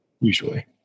Usually